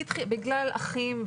בגלל אחים,